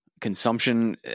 Consumption